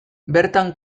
bertan